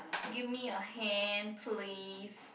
give me a hand please